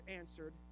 answered